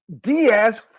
diaz